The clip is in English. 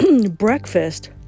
breakfast